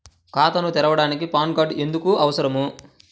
ఖాతాను తెరవడానికి PAN card ఎందుకు అవసరము?